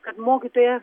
kad mokytoja